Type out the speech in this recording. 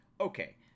Okay